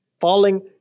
falling